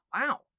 wow